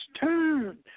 turn